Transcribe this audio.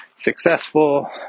successful